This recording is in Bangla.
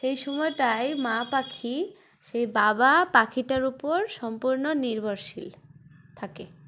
সেই সময়টায় মা পাখি সেই বাবা পাখিটার উপর সম্পূর্ণ নির্ভরশীল থাকে